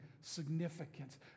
significance